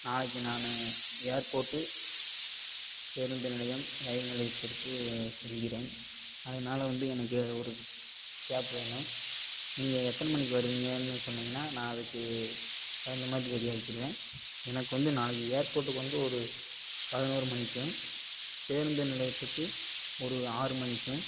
நாளைக்கு நான் ஏர்போட்டு பேருந்து நிலையம் ரயில் நிலையத்திற்கு சொல்லுகிறேன் அதனால் வந்து எனக்கு ஒரு கேப் வேணும் நீங்கள் எத்தனை மணிக்கு வருவீங்கன்னு சொன்னிங்கன்னா நான் அதுக்கு தகுந்த மாதிரி ரெடி ஆயிக்கிருவேன் எனக்கு வந்து நாளைக்கு ஏர்போட்டுக்கு வந்து ஒரு பதினோரு மணிக்கும் பேருந்து நிலையத்துக்கு ஒரு ஆறு மணிக்கும்